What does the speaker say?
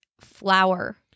flower